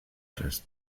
fest